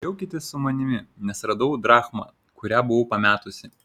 džiaukitės su manimi nes radau drachmą kurią buvau pametusi